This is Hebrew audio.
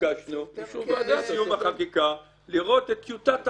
וביקשנו לפני סיום החקיקה לראות את טיוטת ההנחיות.